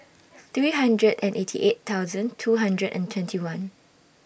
three hundred and eighty eight two hundred and twenty one